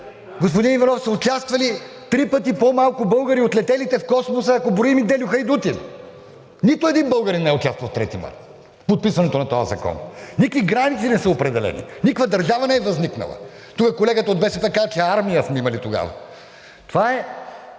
господин Иванов, са участвали три пъти по-малко българи от летелите в Космоса, ако броим и Дельо хайдутин. Нито един българин не е участвал в 3 март, в подписването на този закон. Никакви граници не са определени. Никаква държава не е възникнала. Тук колегата от БСП каза, че армия сме имали тогава.